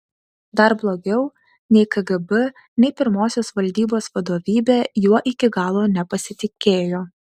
dar blogiau nei kgb nei pirmosios valdybos vadovybė juo iki galo nepasitikėjo